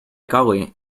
golly